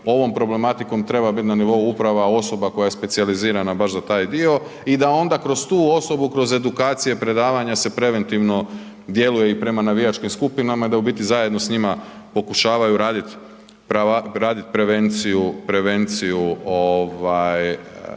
ovom problematikom treba biti na nivou uprava osoba koja je specijalizirana baš za taj dio i da onda kroz tu osobu, kroz edukacije, predavanja se preventivno djeluje i prema navijačkim skupinama i da u biti zajedno s njima pokušavaju raditi prevenciju nasilja.